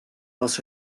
als